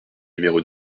numéro